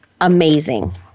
amazing